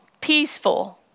peaceful